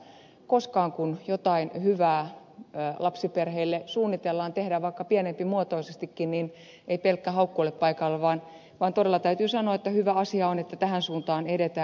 koskaan kun jotain hyvää lapsiperheille suunnitellaan tehdään vaikka pienempimuotoisestikin ei pelkkä haukku ole paikallaan vaan todella täytyy sanoa että hyvä asia on että tähän suuntaan edetään